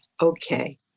okay